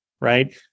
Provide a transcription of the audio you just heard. right